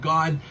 God